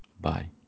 Bye